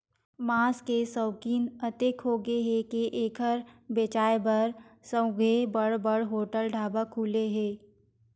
मांस के सउकिन अतेक होगे हे के एखर बेचाए बर सउघे बड़ बड़ होटल, ढाबा खुले हे